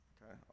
Okay